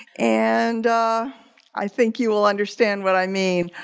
and i think you will understand what i mean.